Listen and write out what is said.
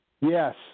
Yes